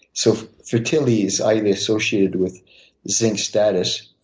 so fertility is oddly associated with zinc status.